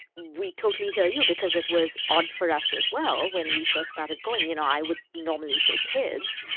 we totally hear you because it was odd for us as well when we first started going. you know, i would normally say kids,